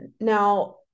now